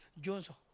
Johnson